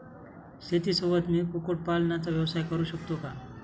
शेतीसोबत मी कुक्कुटपालनाचा व्यवसाय करु शकतो का?